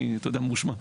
אני, אתה יודע, ממושמע.